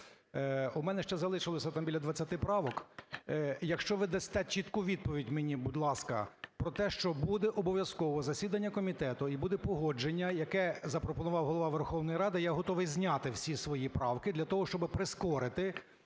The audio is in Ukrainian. У мене ще залишилося там біля 20 правок. Якщо ви дасте чітку відповідь мені, будь ласка, про те, що буде обов'язково засідання комітету і буде погодження, яке запропонував Голова Верховної Ради, я готовий зняти всі свої правки для того, щоби прискорити